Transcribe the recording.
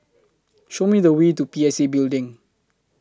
Show Me The Way to P S A Building